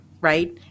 right